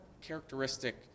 characteristic